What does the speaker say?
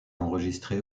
enregistré